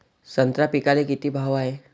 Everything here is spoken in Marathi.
संत्रा पिकाले किती भाव हाये?